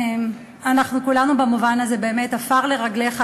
אנחנו כולנו במובן הזה עפר לרגליך.